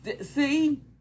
See